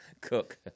cook